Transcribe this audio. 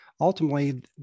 Ultimately